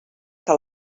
que